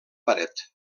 paret